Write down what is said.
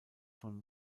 von